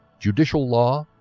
judicial law,